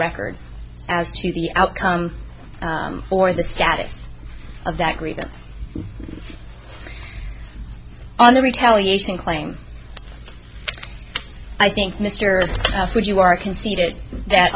record as to the outcome for the status of that grievance on the retaliation claim i think mr wood you are conceded that